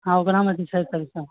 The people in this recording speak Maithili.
हँ ओकरामे किछु छै परिश्रम